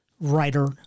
writer